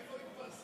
איפה זה התפרסם?